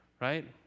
right